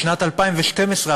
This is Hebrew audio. בשנת 2012,